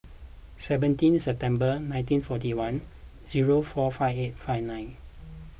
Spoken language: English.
seventeen September nineteen forty one zero four five eight five nine